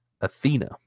Athena